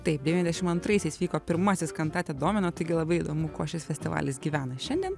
taip devyniasdešim antraisiais vyko pirmasis kantate domina taigi labai įdomu kuo šis festivalis gyvena šiandien